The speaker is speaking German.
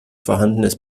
vorhandenes